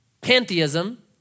pantheism